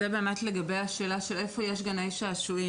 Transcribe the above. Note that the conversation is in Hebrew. וזה לגבי השאלה של איפה יש גני שעשועים,